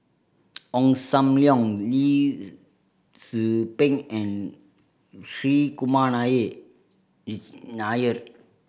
Ong Sam Leong Lee Tzu Pheng and Hri Kumar Nair